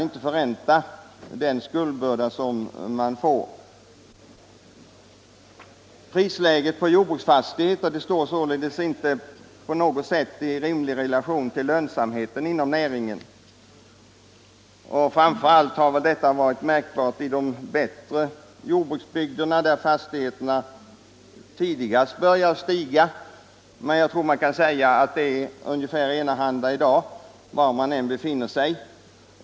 Priserna på jordbruksfastigheter står således inte i rimlig proportion till lönsamheten inom näringen. Framför allt gäller detta i de bättre jordbruksbygderna, där fastigheterna tidigast började stiga i pris, men jag tror man kan säga att det i dag är ungefär likadant överallt.